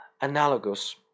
analogous